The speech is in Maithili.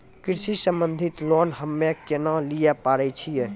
कृषि संबंधित लोन हम्मय केना लिये पारे छियै?